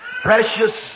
Precious